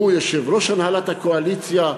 והוא יושב-ראש הנהלת הקואליציה.